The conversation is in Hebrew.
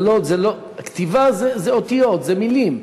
כתיבה זה אותיות, זה מילים.